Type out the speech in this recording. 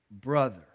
brother